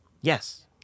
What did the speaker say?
Yes